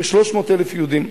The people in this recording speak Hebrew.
כ-300,000 יהודים,